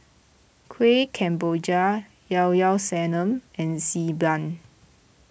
Kuih Kemboja Llao Llao Sanum and Xi Ban